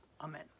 amen